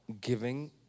giving